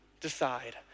decide